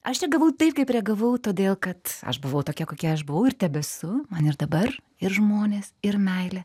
aš reagavau taip kaip reagavau todėl kad aš buvau tokia kokia aš buvau ir tebesu man ir dabar ir žmonės ir meilė